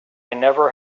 never